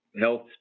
health